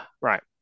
Right